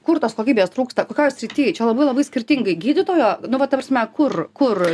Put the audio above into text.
kur tos kokybės trūksta kokioj srity čia labai labai skirtingai gydytojo nu va ta prasme kur kur